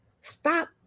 Stop